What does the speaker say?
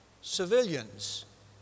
civilians